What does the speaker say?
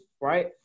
right